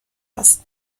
است